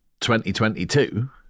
2022